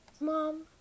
Mom